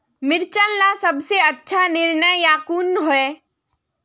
मिर्चन ला सबसे अच्छा निर्णय ला कुन होई?